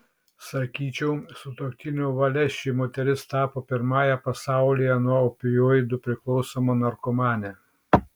sakyčiau sutuoktinio valia ši moteris tapo pirmąja pasaulyje nuo opioidų priklausoma narkomane